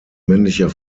männlicher